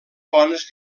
fonts